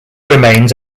remains